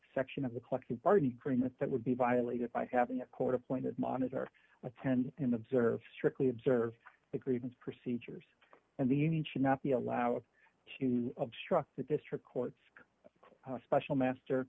section of the collective bargaining agreement that would be violated by having a court appointed monitor attend and observe strictly observe the grievance procedures and the union should not be allowed to obstruct the district court's special master